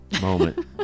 moment